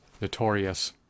notorious